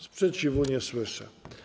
Sprzeciwu nie słyszę.